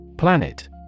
Planet